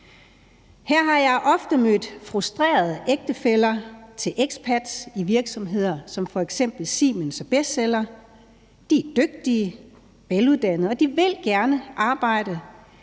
Her har jeg ofte mødt frustrerede ægtefæller til expats i virksomheder som f.eks. Siemens og Bestseller. De er dygtige, veluddannede og vil gerne arbejde,